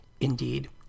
Indeed